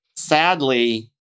Sadly